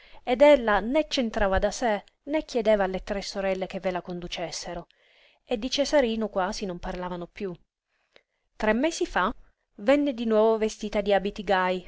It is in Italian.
ed ella né c'entrava da sé né chiedeva alle tre sorelle che ve la conducessero e di cesarino quasi non parlavano piú tre mesi fa venne di nuovo vestita di abiti gaj